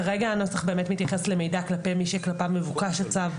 כרגע הנוסח באמת מתייחס למידע כלפי מי שכלפיו מבוקש הצו,